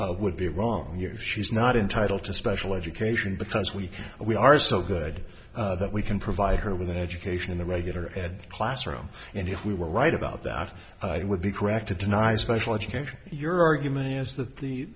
would be wrong here she's not entitle to special education because we we are so good that we can provide her with an education in the regular ed classroom and if we were right about that it would be correct to deny special education your argument is that the